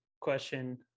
question